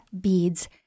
beads